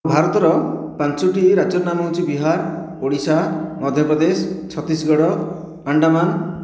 ଭାରତର ପାଞ୍ଚୋଟି ରାଜ୍ୟର ନାମ ହେଉଛି ବିହାର ଓଡ଼ିଶା ମଧ୍ୟପ୍ରଦେଶ ଛତିଶଗଡ଼ ଆଣ୍ଡାମାନ